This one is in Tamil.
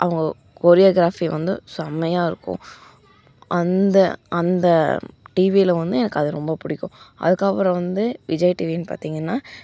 அவங்க கோரியோகிராஃபி வந்து செம்மையா இருக்கும் அந்த அந்த டிவியில் வந்து எனக்கு அது ரொம்ப பிடிக்கும் அதுக்கப்புறம் வந்து விஜய் டிவின்னு பார்த்தீங்கன்னா